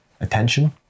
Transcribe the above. attention